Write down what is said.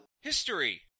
history